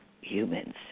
humans